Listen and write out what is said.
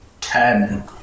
Ten